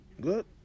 Good